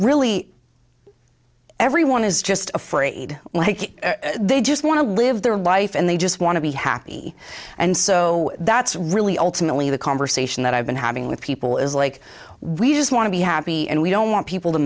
really everyone is just afraid like they just want to live their life and they just want to be happy and so that's really ultimately the conversation that i've been having with people is like we just want to be happy and we don't want people to